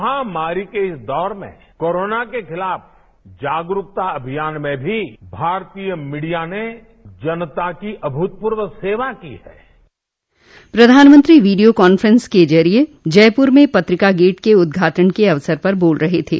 महामारी के इस दौर में कोरोना के खिलाफ जागरूकता अभियान में भी भारतीय मीडिया ने जनता की अभूतप्रर्व सेवा की है प्रधानमंत्री वीडियो कांफ्रेंस के जरिये जयपुर में पत्रिका गेट के उद्घाटन के अवसर पर बोल रहे थे